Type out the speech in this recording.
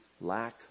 lack